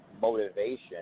motivation